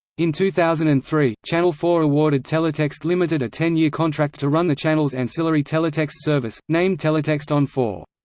in two thousand and three, channel four awarded teletext ltd a ten-year contract to run the channel's ancillary teletext service, named teletext on four.